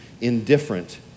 indifferent